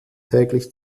täglich